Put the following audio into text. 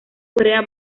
correa